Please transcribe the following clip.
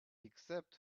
except